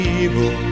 evil